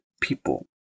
people